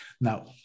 Now